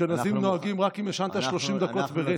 אשכנזים נוהגים רק אם ישנת 30 דקות ברצף.